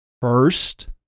first